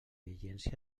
vigència